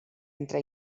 entre